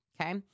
Okay